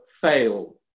fail